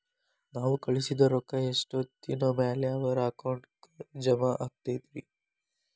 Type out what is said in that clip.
ನಾವು ಕಳಿಸಿದ್ ರೊಕ್ಕ ಎಷ್ಟೋತ್ತಿನ ಮ್ಯಾಲೆ ಅವರ ಅಕೌಂಟಗ್ ಜಮಾ ಆಕ್ಕೈತ್ರಿ?